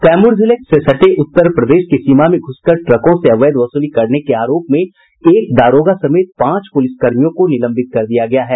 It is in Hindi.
कैमूर जिले के कर्मनाशा नदी से सटे उत्तर प्रदेश की सीमा में घूसकर ट्रकों से अवैध वसूली करने के आरोप में एक दारोगा समेत पांच पुलिस कर्मियों को निलंबित कर दिया गया है